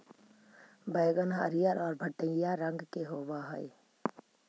बइगन हरियर आउ भँटईआ रंग के होब हई